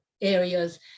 areas